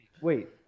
wait